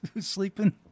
sleeping